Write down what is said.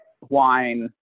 wine